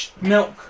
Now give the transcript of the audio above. milk